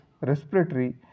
respiratory